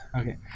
Okay